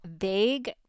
vague